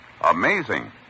Amazing